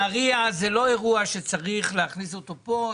נהריה זה לא אירוע שצריך להכניס אותו פה.